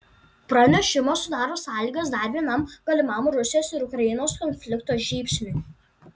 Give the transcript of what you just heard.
pranešimas sudaro sąlygas dar vienam galimam rusijos ir ukrainos konflikto žybsniui